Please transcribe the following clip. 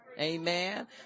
Amen